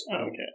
Okay